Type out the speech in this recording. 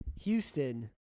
Houston